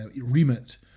remit